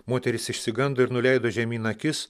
moterys išsigando ir nuleido žemyn akis